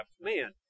man